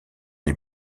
les